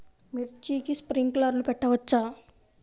మిర్చికి స్ప్రింక్లర్లు పెట్టవచ్చా?